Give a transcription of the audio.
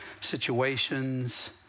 situations